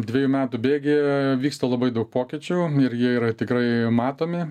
dvejų metų bėgyje vyksta labai daug pokyčių ir jie yra tikrai matomi